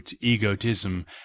egotism